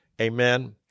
Amen